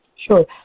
Sure